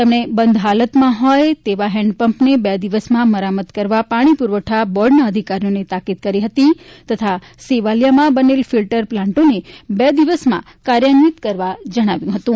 તેમણે બંધ હાલતમાં હોય તેવા હેન્ડપંપને બે દિવસમાં મરામત કરવા પાણી પુરવઠા બોર્ડના અધિકારોઓને તાકીદ કરી હતી તથા સેવાલિયામાં બનેલ ફિલ્ટર પ્લાન્ટોને બે દિવસમાં કાર્યન્વિત કરવા જણાવ્યું હતું